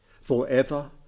forever